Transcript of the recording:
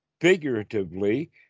figuratively